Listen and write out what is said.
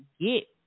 get